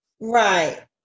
Right